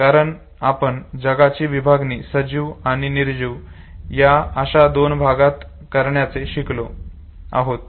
कारण आपण जगाची विभागणी सजीव आणि निर्जीव अशी दोन भागात करण्याचे शिकलेलो आहोत